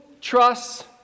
trusts